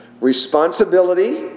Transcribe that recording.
responsibility